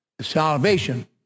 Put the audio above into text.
salvation